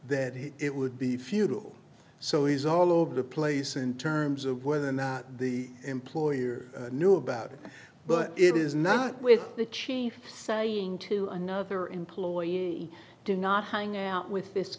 that it would be futile so he's all over the place in terms of whether or not the employer knew about it but it is not with the chief saying to another employee do not hang out with this